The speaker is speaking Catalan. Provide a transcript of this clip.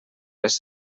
les